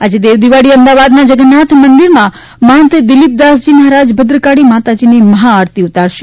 આજે દેવદિવાળીએ મદાવાદના જગન્નાથ મંદિરના મહંત દિલીપદાસજી મહારાજ ભદ્રકાળી માતાજીની મહાઆરતી ઉતારશે